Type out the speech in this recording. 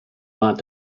not